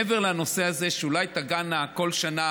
מעבר לנושא הזה, שאולי תגענה כל שנה